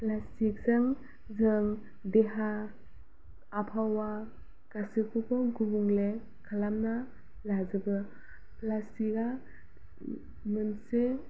प्लास्टिकजों जों देहा आबहावा गासिखौबो गुबुंले खालामना लाजोबो प्लास्टिकआ मोनसे